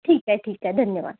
ठीक आहे ठीक आहे धन्यवाद